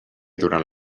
durant